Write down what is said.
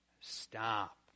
Stop